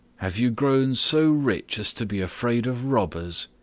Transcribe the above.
have you grown so rich as to be afraid of robbers?